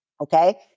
Okay